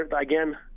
again